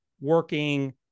working